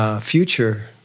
Future